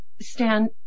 Stan